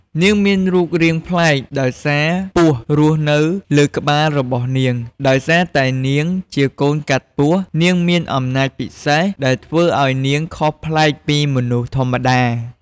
នាងមានរូបរាងប្លែក ដោយមានពស់រស់នៅលើក្បាលរបស់នាង ដោយសារតែនាងជាកូនកាត់ពស់ នាងមាន អំណាចពិសេស ដែលធ្វើឲ្យនាងខុសប្លែកពីមនុស្សធម្មតា។